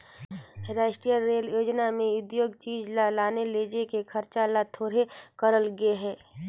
रास्टीय रेल योजना में उद्योग चीच ल लाने लेजे के खरचा ल थोरहें करल गे हे